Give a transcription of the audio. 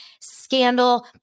scandal